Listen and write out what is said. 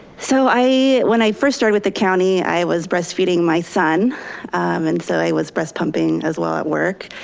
so i, when i first started the county, i was breastfeeding my son and so i was breast pumping as well at work.